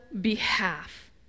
behalf